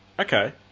Okay